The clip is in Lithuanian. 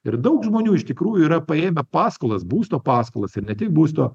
ir daug žmonių iš tikrųjų yra paėmę paskolas būsto paskolas ir ne tik būsto